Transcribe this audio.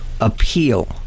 appeal